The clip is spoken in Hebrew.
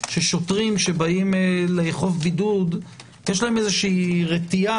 ששוטרים שבאים לאכוף בידוד יש להם רתיעה